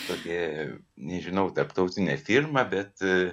tokie nežinau tarptautinė firma bet